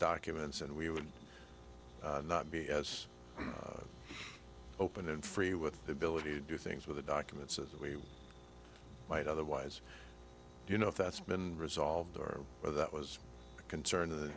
documents and we would not be as open and free with the ability to do things with the documents as we right otherwise you know if that's been resolved or whether that was a concern of the